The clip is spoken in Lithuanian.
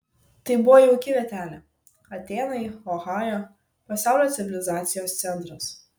tai buvo jauki vietelė atėnai ohajo pasaulio civilizacijos centras